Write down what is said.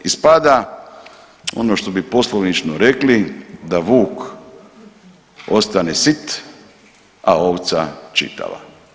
Ispada ono što bi poslovično rekli da vuk ostane sit, a ovca čitava.